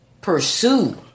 pursue